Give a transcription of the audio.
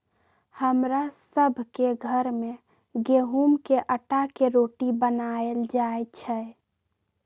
हमरा सभ के घर में गेहूम के अटा के रोटि बनाएल जाय छै